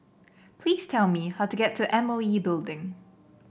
please tell me how to get to M O E Building